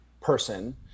person